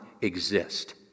exist